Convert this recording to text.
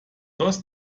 does